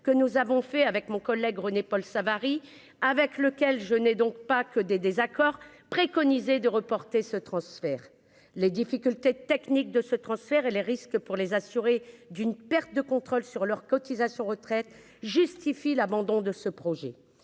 que nous avons fait avec mon collègue René-Paul Savary avec lequel je n'ai donc pas que des désaccords préconisé de reporter ce transfert les difficultés techniques de ce transfert et les risques pour les assurés, d'une perte de contrôle sur leurs cotisations retraite justifie l'abandon de ce projet,